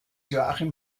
joachim